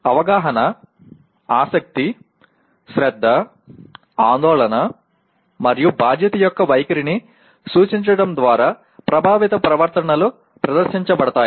అవగాహన ఆసక్తి శ్రద్ధ ఆందోళన మరియు బాధ్యత యొక్క వైఖరిని సూచించడం ద్వారా ప్రభావిత ప్రవర్తనలు ప్రదర్శించబడతాయి